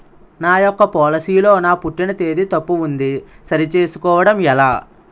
నా యెక్క పోలసీ లో నా పుట్టిన తేదీ తప్పు ఉంది సరి చేసుకోవడం ఎలా?